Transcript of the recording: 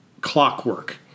clockwork